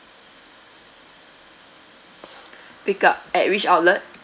pick up at which outlet